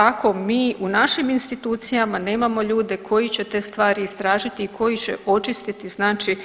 Ako mi u našim institucijama nemamo ljude koji će te stvari istražiti i koji će očistiti, znači